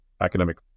academic